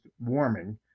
warming